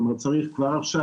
כלומר צריך כבר עכשיו,